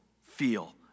feel